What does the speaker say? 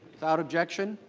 but objection?